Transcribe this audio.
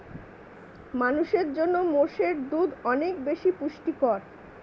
মানুষের জন্য মোষের দুধ অনেক বেশি পুষ্টিকর